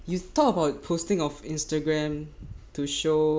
you talk about posting of Instagram to show